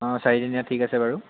অঁ চাৰিদিনীয়া ঠিক আছে বাৰু